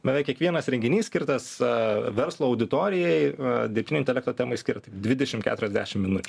beveik kiekvienas renginys skirtas a verslo auditorijai a dirbtinio intelekto temai skirt dvidešim keturiasdešim minučių